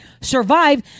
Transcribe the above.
Survive